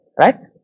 Right